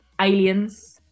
aliens